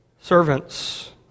servants